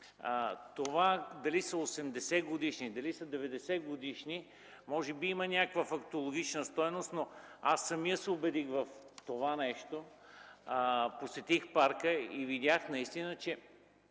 Това дали са 80-годишни, дали са 90-годишни, може би има някаква фактологична стойност, но аз самият се убедих, посетих парка и видях наистина, че